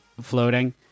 Floating